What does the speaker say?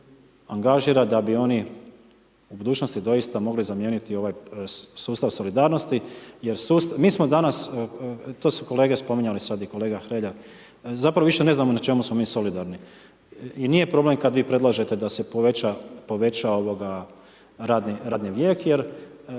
da bi oni u budućnosti doista mogli zamijeniti ovaj sustav solidarnosti jer mi smo danas, to su kolege spominjali sad i kolega Hrelja, zapravo više ne znamo na čemu smo mi solidarni. I nije problem kada vi predlažete da se poveća radni vijek jer